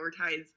prioritize